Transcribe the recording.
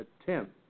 attempt